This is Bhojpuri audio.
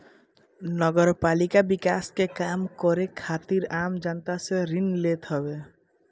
नगरपालिका विकास के काम करे खातिर आम जनता से ऋण लेत हवे